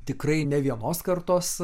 tikrai ne vienos kartos